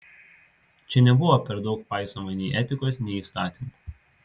čia nebuvo per daug paisoma nei etikos nei įstatymų